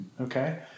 Okay